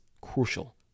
crucial